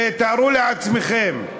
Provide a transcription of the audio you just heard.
ותארו לעצמכם: